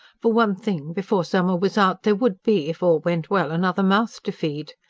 for one thing, before summer was out there would be, if all went well, another mouth to feed.